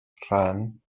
rhan